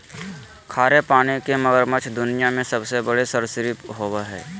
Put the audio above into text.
खारे पानी के मगरमच्छ दुनिया में सबसे बड़े सरीसृप होबो हइ